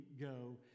go